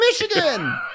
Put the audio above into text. Michigan